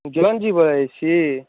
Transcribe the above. जयन्तजी बजै छी